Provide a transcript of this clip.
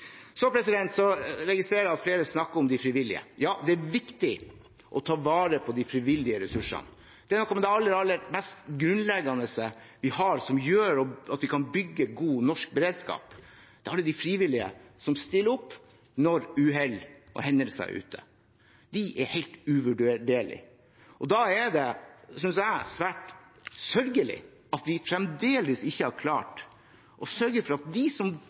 Så registrerer jeg at flere snakker om de frivillige. Ja, det er viktig å ta vare på de frivillige ressursene. Det er noe av det aller mest grunnleggende vi har som gjør at vi kan bygge god norsk beredskap – alle de frivillige som stiller opp når uhell og hendelser er ute. De er helt uvurderlige. Da er det, synes jeg, svært sørgelig at vi fremdeles ikke har klart å sørge for at de som